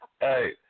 Hey